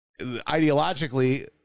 ideologically